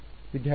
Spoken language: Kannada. ವಿದ್ಯಾರ್ಥಿ ಎ